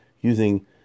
Using